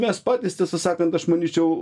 mes patys tiesą sakant aš manyčiau